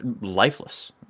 lifeless